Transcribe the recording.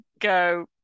go